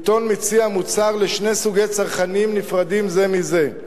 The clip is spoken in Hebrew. עיתון מציע מוצר לשני סוגי צרכנים נפרדים זה מזה: